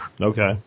Okay